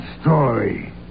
story